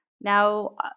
Now